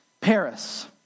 Paris